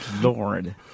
lord